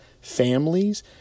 families